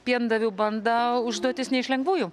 piendavių bandą užduotis ne iš lengvųjų